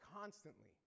constantly